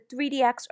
3DX